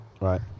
right